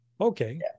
Okay